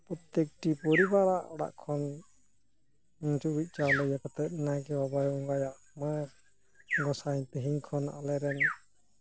ᱯᱨᱚᱛᱛᱮᱠᱴᱤ ᱯᱚᱨᱤᱵᱟᱨ ᱟᱜ ᱚᱲᱟᱜ ᱠᱷᱚᱱ ᱪᱩᱨᱩᱪ ᱪᱟᱣᱞᱮ ᱤᱭᱟᱹ ᱠᱟᱛᱮᱜ ᱱᱟᱭᱠᱮ ᱵᱟᱵᱟᱭ ᱵᱚᱸᱜᱟᱭᱟ ᱢᱟ ᱜᱚᱸᱥᱟᱭ ᱛᱮᱦᱤᱧ ᱠᱷᱚᱱ ᱟᱞᱮ ᱨᱮᱱ